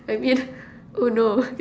I mean oh no